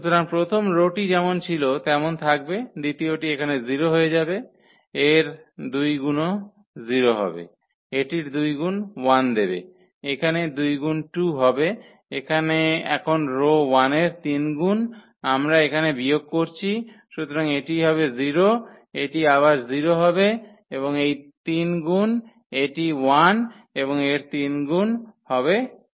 সুতরাং প্রথম রো টি যেমন ছিল তেমন থাকবে দ্বিতীয়টি এখানে 0 হয়ে যাবে এর দুই গুনও 0 হবে এটির দুই গুন 1 দেবে এখানে দুই গুন 2 হবে এখানে এখন রো 1 এর 3 গুন আমরা এখানে বিয়োগ করছি সুতরাং এটি হবে 0 হবে এটি আবার 0 হবে এবং এই 3 গুম এটি 1 এবং এর 3 গুন হবে 2